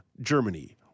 Germany